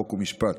חוק ומשפט.